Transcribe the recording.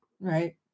Right